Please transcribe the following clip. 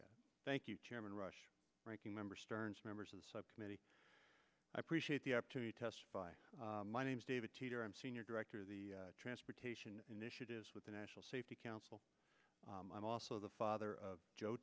five thank you chairman rush ranking member stearns members of the subcommittee i appreciate the opportunity to testify my name is david teeter i'm senior director of the transportation initiatives with the national safety council i'm also the father of joe